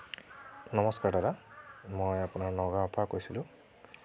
নমস্কাৰ দাদা মই আপোনাৰ নগাঁৱৰ পৰা কৈছিলোঁ